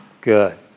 Good